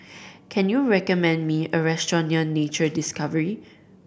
can you recommend me a restaurant near Nature Discovery